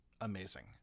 Amazing